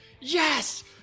yes